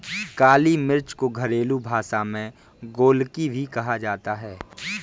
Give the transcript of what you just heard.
काली मिर्च को घरेलु भाषा में गोलकी भी कहा जाता है